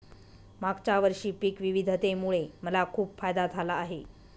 मागच्या वर्षी पिक विविधतेमुळे मला खूप फायदा झाला आहे